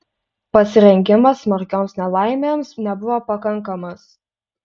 pasirengimas smarkioms nelaimėms nebuvo pakankamas